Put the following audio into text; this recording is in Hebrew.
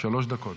שלוש דקות.